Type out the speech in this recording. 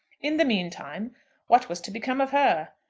in the mean time what was to become of her?